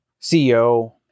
CEO